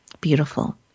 Beautiful